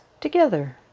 together